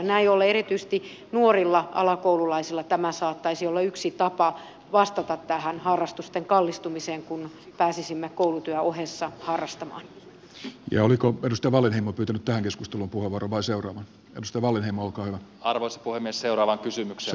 näin ollen erityisesti nuorilla alakoululaisilla tämä saattaisi olla yksi tapa vastata tähän harrastusten kallistumiseen kun pääsisimme koulutyön ohessa harrastamaan ja oliko perustuvalle hupitynyttä keskustelu puukorvaa seuran kanssa wallinheimokaan arvoiset voimme seuraavan kysymyksen